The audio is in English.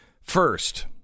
First